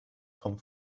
vom